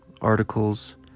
articles